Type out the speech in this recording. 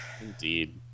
Indeed